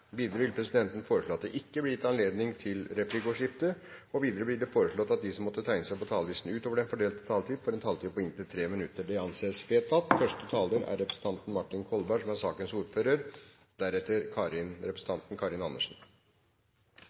Videre vil presidenten foreslå at blir gitt anledning til fem replikker med svar etter innlegg fra medlem av regjeringen innenfor den fordelte taletid. Videre foreslås det at de talere som måtte tegne seg på talerlisten utover den fordelte taletiden, får en taletid på inntil 3 minutter. – Det anses vedtatt.